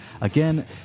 Again